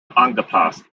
angepasst